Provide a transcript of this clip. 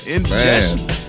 Man